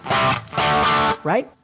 right